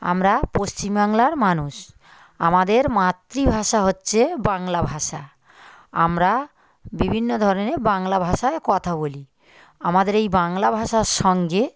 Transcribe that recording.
আমরা পশ্চিমবাংলার মানুষ আমাদের মাতৃভাষা হচ্ছে বাংলা ভাষা আমরা বিভিন্ন ধরনে বাংলা ভাষায় কথা বলি আমাদের এই বাংলা ভাষার সঙ্গে